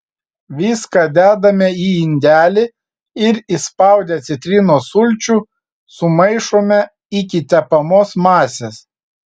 viską dedame į indelį ir įspaudę citrinos sulčių sumaišome iki tepamos masės